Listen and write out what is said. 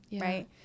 right